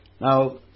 Now